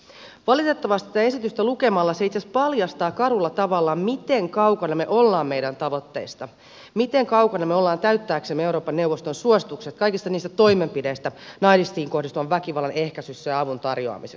valitettavasti tätä esitystä lukemalla itse asiassa paljastuu karulla tavalla miten kaukana me olemme tavoitteista miten kaukana me olemme täyttääksemme euroopan neuvoston suositukset kaikista niistä toimenpiteistä naisiin kohdistuvan väkivallan ehkäisyssä ja avun tarjoamisessa